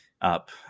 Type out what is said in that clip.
up